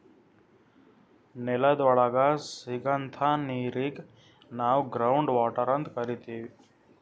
ನೆಲದ್ ಒಳಗ್ ಸಿಗಂಥಾ ನೀರಿಗ್ ನಾವ್ ಗ್ರೌಂಡ್ ವಾಟರ್ ಅಂತ್ ಕರಿತೀವ್